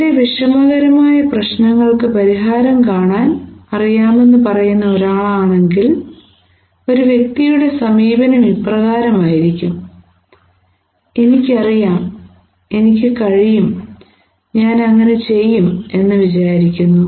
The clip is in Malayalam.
എന്റെ വിഷമകരമായ പ്രശ്നങ്ങൾക്ക് പരിഹാരം കാണാൻ അറിയാമെന്നു പറയുന്ന ഒരാളാണെകിൽ ഒരു വ്യക്തിയുടെ സമീപനം ഇപ്രകാരമായിരിക്കും എനിക്കറിയാം എനിക്ക് കഴിയും ഞാൻ അങ്ങനെ ചെയ്യും എന്ന് വിചാരിക്കുന്നു